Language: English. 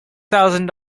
thousand